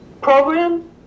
program